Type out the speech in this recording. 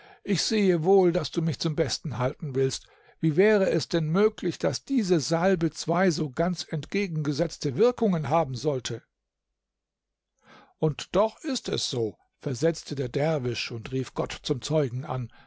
ich sehe wohl daß du mich zum besten haben willst wie wäre es denn möglich daß diese salbe zwei so ganz entgegengesetzte wirkungen haben sollte und doch ist es so versetzte der derwisch und rief gott zum zeugen an